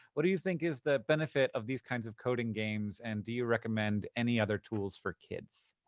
what do you think is the benefit of these kinds of coding games and do you recommend any other tools for kids?